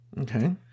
Okay